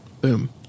Boom